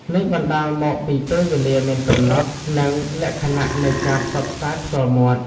នេះបណ្ដាលមកពីពេលវេលាមានកំណត់ និងលក្ខណៈនៃការផ្សព្វផ្សាយផ្ទាល់មាត់។